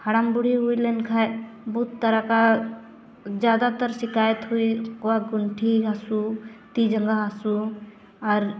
ᱦᱟᱲᱟᱢᱼᱵᱩᱲᱦᱤ ᱦᱩᱭ ᱞᱮᱱᱠᱷᱟᱡ ᱵᱩᱫᱽ ᱛᱟᱨᱟᱠᱟ ᱡᱟᱫᱟᱛᱚᱨ ᱥᱤᱠᱟᱭᱚᱛ ᱦᱩᱭ ᱠᱚᱭᱟᱜ ᱜᱩᱱᱴᱷᱤ ᱦᱟᱥᱩ ᱛᱤᱼᱡᱟᱸᱜᱟ ᱦᱟᱥᱩ ᱟᱨ